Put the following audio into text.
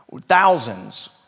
Thousands